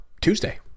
Tuesday